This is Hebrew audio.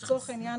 למשל,